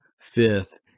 fifth